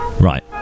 Right